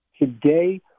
Today